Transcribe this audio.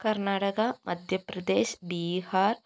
Karnataka Madhya Pradesh Bihar